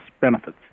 benefits